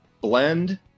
blend